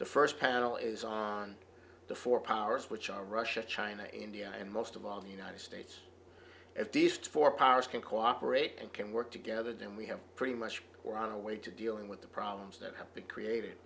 the first panel is on the four powers which are russia china india and most of all the united states if gifts for powers can cooperate and can work together then we have pretty much on a way to dealing with the problems that have been created